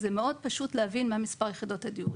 זה מאוד פשוט להבין מה מספר יחידות הדיור.